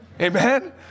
Amen